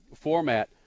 format